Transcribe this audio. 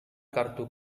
kartu